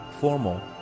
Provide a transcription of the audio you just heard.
Formal